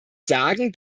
sagen